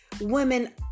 women